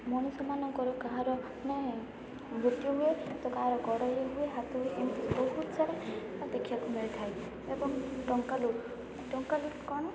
ମଣିଷମାନଙ୍କର କାହାର ମାନେ ମୃତ୍ୟୁ ହୁଏ ତ କାହାର ଗଡ଼େଇ ହୁଏ ହାତରୁ ଏମିତି ବହୁତ ସାରା ଦେଖିବାକୁ ମିଳିଥାଏ ଏବଂ ଟଙ୍କା ଲୁଟ୍ ଟଙ୍କା ଲୁଟ୍ କ'ଣ